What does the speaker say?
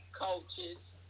coaches